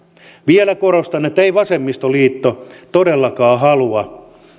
vielä korostan että ei vasemmistoliitto todellakaan halua